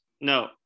no